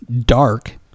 Dark